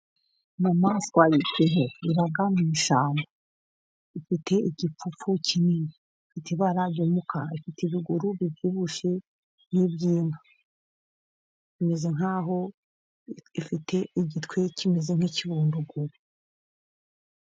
Inyamaswa yitwa inkura iba mu ishyamba. Ifite igipfupfu kinini. Ifite ibara ry'umukara. Ifite ibiguru bibyibushye nk'iby'inka. Ifite igitwe kimeze nk'ikibunduguru.